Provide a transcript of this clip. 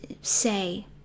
say